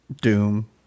Doom